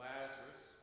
Lazarus